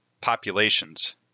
populations